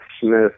Smith